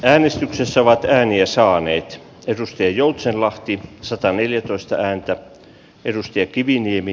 äänestyksessä vaatteen ja saan itse peruste joutsenlahti sataneljätoista ääntä edusti kiviniemi